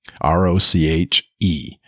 R-O-C-H-E